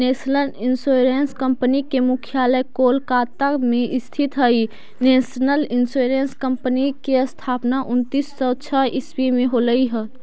national insurance company के मुख्यालय कोलकाता में स्थित हइ नेशनल इंश्योरेंस कंपनी के स्थापना उन्नीस सौ छः ईसवी में होलई हल